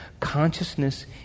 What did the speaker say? consciousness